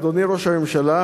אדוני ראש הממשלה,